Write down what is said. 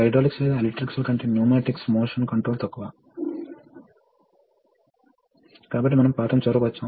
solenoid ఏ విదంగా limit switch తో శక్తివంతం అవుతుంది